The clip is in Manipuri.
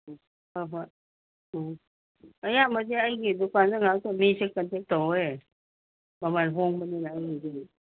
ꯎꯝ ꯍꯣꯏ ꯍꯣꯏ ꯎꯝ ꯑꯌꯥꯝꯕꯗꯤ ꯑꯩꯒꯤ ꯗꯨꯀꯥꯟꯗ ꯉꯥꯛꯇ ꯃꯤꯁꯦ ꯀꯟꯇꯦꯛ ꯇꯧꯋꯦ ꯃꯃꯟ ꯍꯣꯡꯕꯅꯤꯅ ꯑꯩꯒꯤꯗꯤ